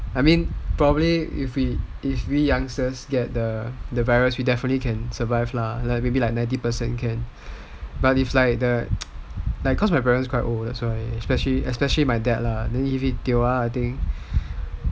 I mean probably if we youngsters get the virus we definitely can survive lah like maybe like ninety percent can but if like cause my parent quite old that why espec~ especially my dad lah then if he tio ah then I think